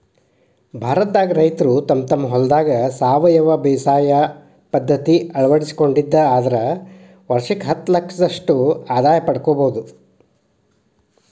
ಭಾರತದಾಗ ರೈತರು ತಮ್ಮ ತಮ್ಮ ಹೊಲದಾಗ ಸಾವಯವ ಬೇಸಾಯ ಪದ್ಧತಿ ಅಳವಡಿಸಿಕೊಂಡಿದ್ದ ಆದ್ರ ವರ್ಷಕ್ಕ ಹತ್ತಲಕ್ಷದಷ್ಟ ಆದಾಯ ಪಡ್ಕೋಬೋದು